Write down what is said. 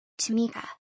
Tamika